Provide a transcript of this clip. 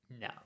no